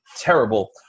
terrible